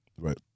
Right